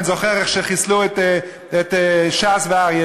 אני זוכר איך חיסלו את ש"ס ואת אריה